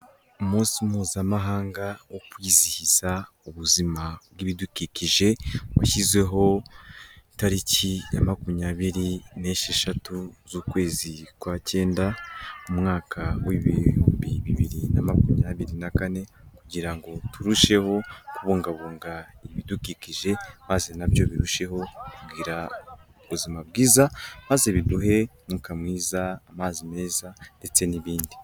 Umunsi mpuzamahanga wo kwizihiza ubuzima bw'ibidukikije washyizeho itariki ya makumyabiri n'esheshatu z'ukwezi kwa cyenda umwaka w'ibihumbi bibiri na makumyabiri na kane, kugira turusheho kubungabunga ibidukikije maze na byo birusheho kugira ubuzima bwiza, maze biduhe umwuka mwiza, amazi meza ndetse n'ibindi.